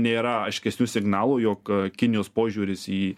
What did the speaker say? nėra aiškesnių signalų jog kinijos požiūris į